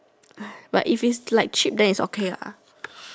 but if it's like cheap then it's okay lah